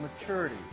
maturity